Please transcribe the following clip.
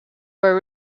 were